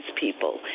people